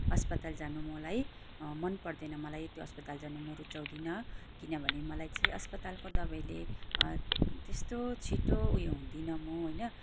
अस्पताल जानु मलाई मन पर्दैन मलाई त्यो अस्पताल जानु म रुचाउदिनँ किनभने मलाई चाहिँ अस्पतालको दबाईले त्यस्तो छिटो उयो हुदिनँ म होइन